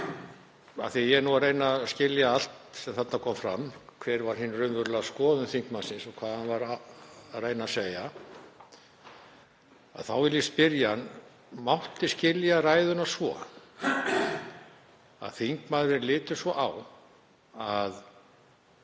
að ég er að reyna að skilja allt sem þarna kom fram, hver hin raunverulega skoðun þingmannsins er og hvað hann var að reyna að segja, vil ég spyrja hann: Mátti skilja ræðuna svo að þingmaðurinn liti þannig á að